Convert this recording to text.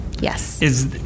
Yes